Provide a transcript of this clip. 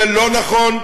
זה לא נכון,